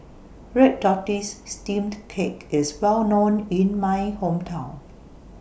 Red Tortoise Steamed Cake IS Well known in My Hometown